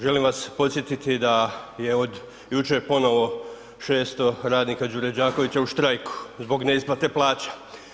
Želim vas podsjetiti da je od jučer ponovo 600 radnika Đure Đakovića u štrajku, zbog neisplate plaća.